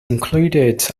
included